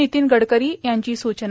नितीन गडकरी यांची सूचना